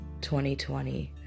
2020